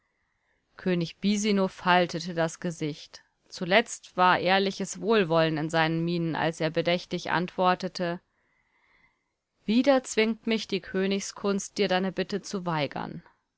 könig bisino faltete das gesicht zuletzt war ehrliches wohlwollen in seinen mienen als er bedächtig antwortete wieder zwingt mich die königskunst dir deine bitte zu weigern